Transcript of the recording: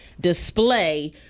Display